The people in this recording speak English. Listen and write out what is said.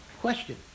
question